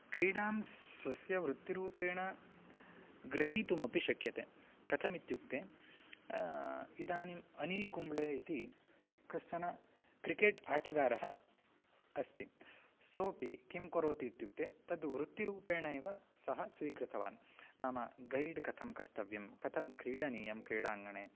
क्रीडां स्वस्य वृत्तिरूपेण गृहीतुमपि शक्यते कथम् इत्युक्ते इदानीम् अनिल् कुम्ब्ळे इति कश्चन क्रिकेट् आटगारः अस्ति सोऽपि किं करोति इत्युक्ते तद् वृत्तिरूपेण एव सः स्वीकृतवान् नाम गैड् कथं कर्तव्यं कथं क्रीडनीयं क्रीडाङ्गणे